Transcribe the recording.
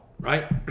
right